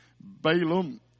Balaam